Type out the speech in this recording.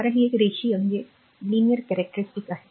कारण हे एक रेषीय वैशिष्ट्य आहे